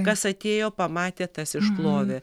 kas atėjo pamatė tas išplovė